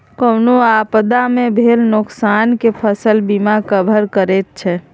कोनो आपदा मे भेल नोकसान केँ फसल बीमा कवर करैत छै